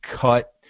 cut